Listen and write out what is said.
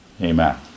Amen